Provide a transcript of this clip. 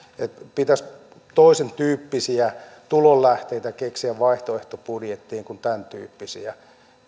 pitäisi toisentyyppisiä tulonlähteitä keksiä vaihtoehtobudjettiin kuin tämäntyyppisiä